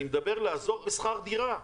אני מדבר לעזור בשכר דירה,